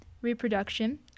reproduction